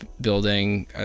building